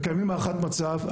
קיימנו הערכת מצב.